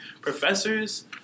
professors